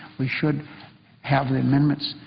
we should have the amendments